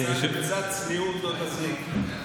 קצת צניעות לא תזיק.